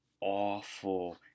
awful